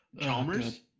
Chalmers